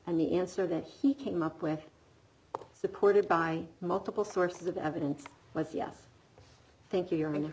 and the answer that he came up with supported by multiple sources of evidence was yes thank you